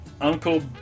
Uncle